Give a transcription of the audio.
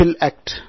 act